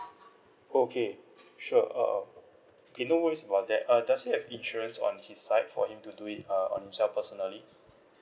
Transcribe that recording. okay sure uh okay no worries about that uh does he have insurance on his side for him to do it uh on himself personally